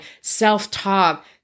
self-talk